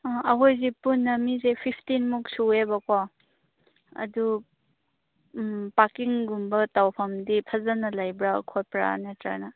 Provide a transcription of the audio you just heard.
ꯑꯪ ꯑꯩꯈꯣꯏꯁꯦ ꯄꯨꯟꯅ ꯃꯤꯁꯦ ꯐꯤꯞꯇꯤꯟꯃꯨꯛ ꯁꯨꯏꯌꯦꯕꯀꯣ ꯑꯗꯨ ꯄꯥꯔꯀꯤꯡꯒꯨꯝꯕ ꯇꯧꯐꯝꯗꯤ ꯐꯖꯅ ꯂꯩꯕ꯭ꯔꯥ ꯈꯣꯠꯄ꯭ꯔꯥ ꯅꯠꯇ꯭ꯔꯒꯅ